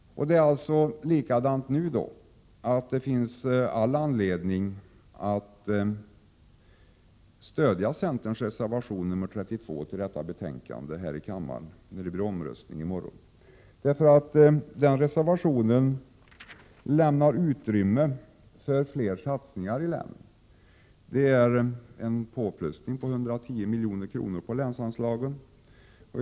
Detsamma gäller nu, och det finns alltså all anledning att stödja centerns reservation 32 till detta betänkande vid omröstningen i morgon. Den reservationen lämnar utrymme för fler satsningar i länet.' Vi föreslår en ökning av länsanslaget med 110 milj.kr.